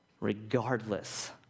Regardless